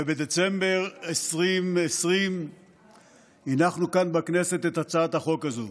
ובדצמבר 2020 הנחנו כאן בכנסת את הצעת החוק הזאת,